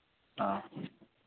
ହଁ